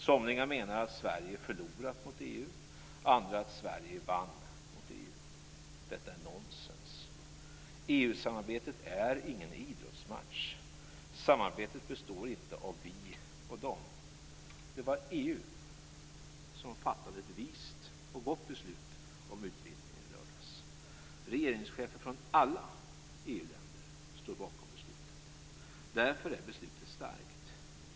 Somliga menar att Sverige har förlorat mot EU. Andra menar att Sverige vann mot EU. Detta är nonsens. EU samarbetet är ingen idrottsmatch. Samarbetet består inte av vi och de. Det var EU som fattade ett vist och gott beslut om utvidgning i lördags. Regeringschefer från alla EU-länder står bakom beslutet. Därför är beslutet starkt.